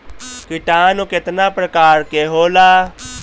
किटानु केतना प्रकार के होला?